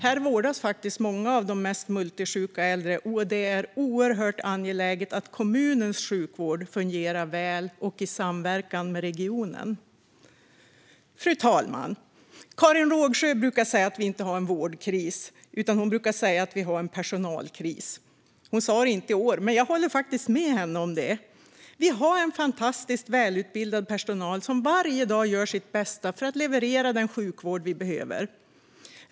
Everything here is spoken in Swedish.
Här vårdas många av de mest multisjuka äldre, så det är oerhört angeläget att kommunens sjukvård fungerar väl och i samverkan med regionen. Fru talman! Karin Rågsjö brukar säga att vi inte har en vårdkris utan en personalkris. Hon sa det inte i år, men jag håller faktiskt med henne om det. Vi har fantastiskt välutbildad personal som varje dag gör sitt bästa för att leverera den sjukvård vi behöver.